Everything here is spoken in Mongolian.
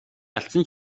алдсан